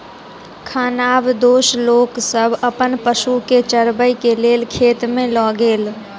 खानाबदोश लोक सब अपन पशु के चरबै के लेल खेत में लय गेल